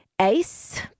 ACE